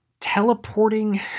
teleporting